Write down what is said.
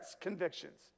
convictions